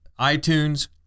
iTunes